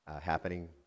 happening